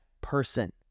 person